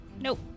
Nope